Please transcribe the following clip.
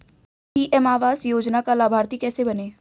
PM आवास योजना का लाभर्ती कैसे बनें?